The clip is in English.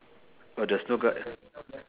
oh there's no gu~